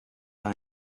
time